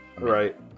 Right